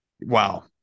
wow